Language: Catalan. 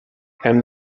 hem